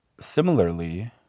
Similarly